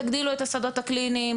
תגדילו את השדות הקליניים.